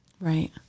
Right